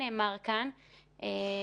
אנחנו עכשיו בדיון שאמור לגעת בלב הפתרון,